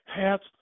hats